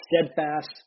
steadfast